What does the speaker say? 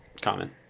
Common